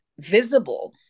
visible